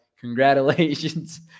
Congratulations